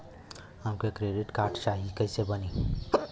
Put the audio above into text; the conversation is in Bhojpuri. हमके क्रेडिट कार्ड चाही कैसे बनी?